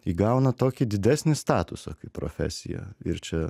įgauna tokį didesnį statusą kaip profesija ir čia